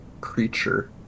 Creature